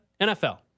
NFL